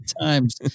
times